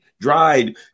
dried